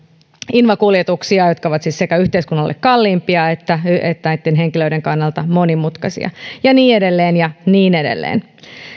invakuljetuksia jotka ovat siis sekä yhteiskunnalle kalliimpia että että näitten henkilöiden kannalta monimutkaisia ja niin edelleen ja niin edelleen